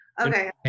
Okay